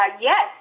Yes